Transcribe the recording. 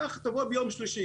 תבואי ביום שלישי.